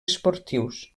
esportius